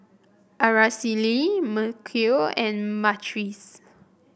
Araceli Mykel and Myrtice